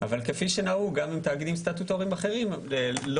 אבל כפי שנהוג גם בתאגידים סטטוטוריים אחרים לא